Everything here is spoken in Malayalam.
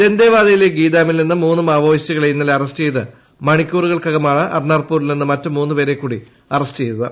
ദന്തേവാഡയിലെ ഗീദാമിൽ നിന്ന് മൂന്ന് മാവോയിസ്റ്റുകളെ ഇന്നലെ അറസ്റ്റ് ചെയ്ത് മണിക്കൂറുകൾക്കകമാണ് അർനാർപൂരിൽ നിന്ന് മറ്റു മൂന്നു പേരെകൂടി അറസ്റ്റ് ചെയ്തത്